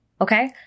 Okay